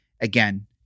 again